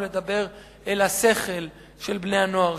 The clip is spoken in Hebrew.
הוא לדבר אל השכל של בני-הנוער,